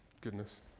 goodness